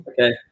Okay